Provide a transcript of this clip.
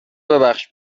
ببخش